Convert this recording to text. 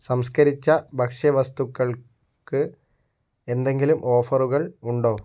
സംസ്കരിച്ച ഭക്ഷ്യവസ്തുക്കൾക്ക് എന്തെങ്കിലും ഓഫറുകൾ ഉണ്ടോ